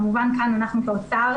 כמובן כאן אנחנו כאוצר,